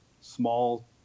small